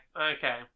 okay